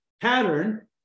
pattern